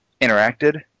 interacted